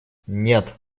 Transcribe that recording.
нет